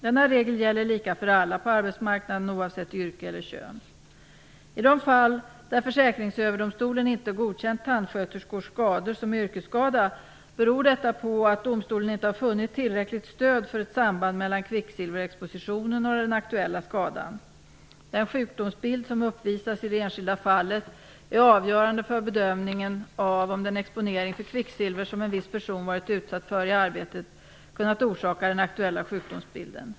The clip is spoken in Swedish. Denna regel gäller lika för alla på arbetsmarknaden, oavsett yrke eller kön. I de fall där Försäkringsöverdomstolen inte godkänt tandsköterskors skador som yrkesskada beror detta på att domstolen inte har funnit tillräckligt stöd för ett samband mellan kvicksilverexpositionen och den aktuella skadan. Den sjukdomsbild som uppvisas i det enskilda fallet är avgörande för bedömningen av om den exponering för kvicksilver som en viss person varit utsatt för i arbetet kunnat orsaka den aktuella sjukdomsbilden.